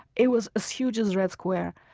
it was as huge as red square.